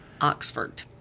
Oxford